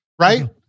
right